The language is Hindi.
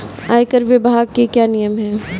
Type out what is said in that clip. आयकर विभाग के क्या नियम हैं?